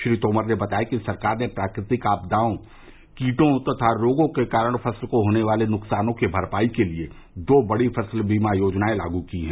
श्री तोमर ने बताया कि सरकार ने प्राकृतिक आपदाओं कीटों तथा रोगों के कारण फसल को होने वाले नुकसान की भरपाई के लिए दो बड़ी फसल बीमा योजनाएं लागू की हैं